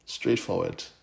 Straightforward